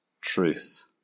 truth